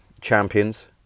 champions